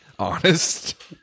honest